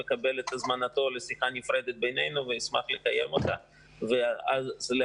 אני מקבל את הזמנתו לשיחה נפרדת בינינו ואשמח לקיים אותה ולהעמיק.